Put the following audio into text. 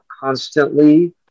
constantly